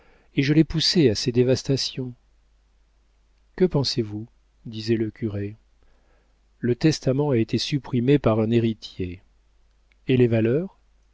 et je les poussais à ces dévastations que pensez-vous disait le curé le testament a été supprimé par un héritier et les valeurs